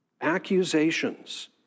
accusations